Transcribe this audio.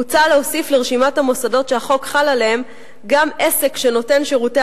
מוצע להוסיף לרשימת המוסדות שהחוק חל עליהם גם עסק שנותן שירותי